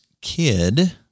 kid